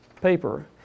Paper